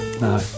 No